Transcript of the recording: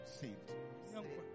saved